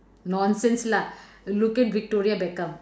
nonsense lah look at victoria-beckham